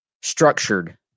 structured